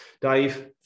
Dave